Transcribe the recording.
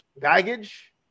baggage